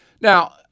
Now